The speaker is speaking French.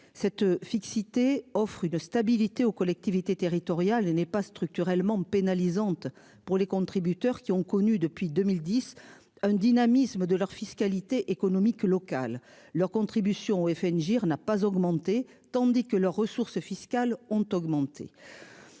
cette fixité offrent une stabilité aux collectivités territoriales est n'est pas structurellement pénalisante pour les contributeurs qui ont connu depuis 2010, un dynamisme de leur fiscalité économique local leur contribution au FN GIR n'a pas augmenté, tandis que leurs ressources fiscales ont augmenté.